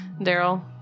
Daryl